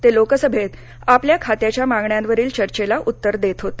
ते लोकसभेत आपल्या खात्याच्या मागण्यांवरील चर्चेला उत्तर देत होते